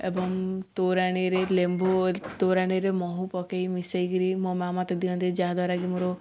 ଏବଂ ତୋରାଣିରେ ଲେମ୍ବୁ ତୋରାଣିରେ ମହୁ ପକେଇ ମିଶେଇକିରି ମୋ ମା' ମୋତେ ଦିଅନ୍ତି ଯାହାଦ୍ୱାରାକି ମୋର